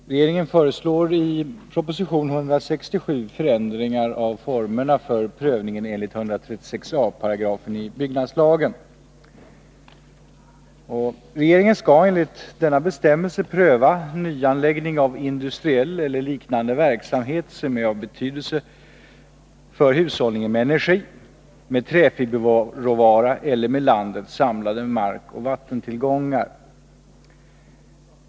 Herr talman! Regeringen föreslår i proposition 1982/83:167 förändringar av formerna för prövningen jämlikt 136 a § byggnadslagen. Regeringen skall enligt denna bestämmelse pröva nyanläggning för industriell eller liknande verksamhet som är av betydelse för hushållningen med energi, med träfiberråvara eller med landets samlade markoch vattentillgångar.